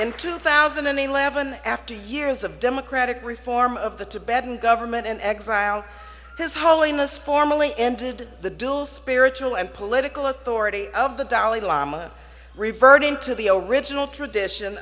in two thousand and eleven after years of democratic reform of the tibetan government in exile his holiness formally ended the dual spiritual and political authority of the dalai lama reverting to the original tradition